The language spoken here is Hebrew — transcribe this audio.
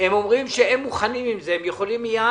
אומרים שהם מוכנים עם זה, הם יכולים מיד.